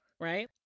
right